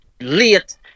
late